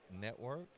Network